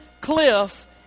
cliff